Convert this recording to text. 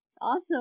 Awesome